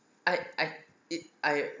I I it I